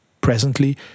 Presently